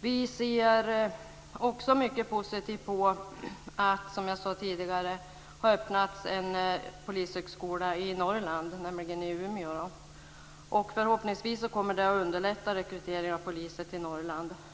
Vi ser också mycket positivt på att, som jag sade tidigare, det har öppnats en polishögskola i Norrland, i Umeå. Förhoppningsvis kommer det att underlätta rekrytering av poliser till Norrland.